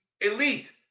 elite